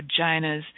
vaginas